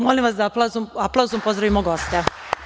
Molim vas da aplauzom pozdravimo goste.